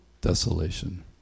desolation